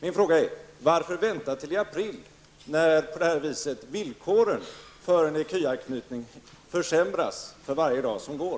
Min fråga är: Varför vänta till i april när på det här viset villkoren för en ecu-anknytning försämras för varje dag som går?